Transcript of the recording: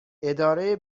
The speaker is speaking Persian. اداره